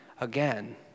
again